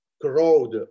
crowd